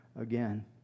again